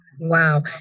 Wow